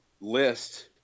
list